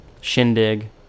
shindig